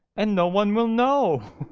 and no one will know